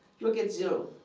you will get zero.